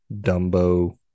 Dumbo